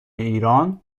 ایران